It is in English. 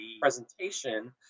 presentation